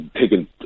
taking